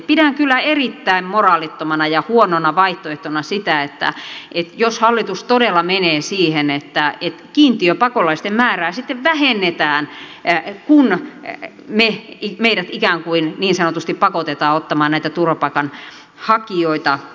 pidän kyllä erittäin moraalittomana ja huonona vaihtoehtona sitä jos hallitus todella menee siihen että kiintiöpakolaisten määrää sitten vähennetään kun meidät ikään kuin niin sanotusti pakotetaan ottamaan näitä turvapaikanhakijoita kiintiönä vastaan